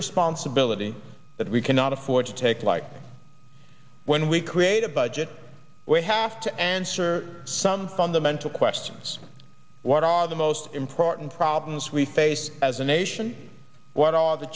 responsibility that we cannot afford to take like when we create a budget we have to answer some fundamental questions what are the most important problems we face as a nation what are the